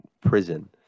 prison